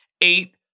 eight